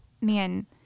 man